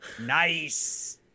Nice